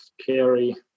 scary